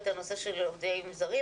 את הנושא של עובדים זרים,